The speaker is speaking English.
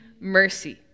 mercy